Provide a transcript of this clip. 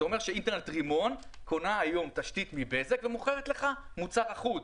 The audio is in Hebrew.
זה אומר שאינטרנט רימון קונה היום תשתית מבזק ומוכרת לך מוצר אחוד.